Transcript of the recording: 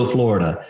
Florida